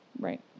Right